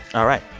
all right,